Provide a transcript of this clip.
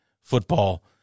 football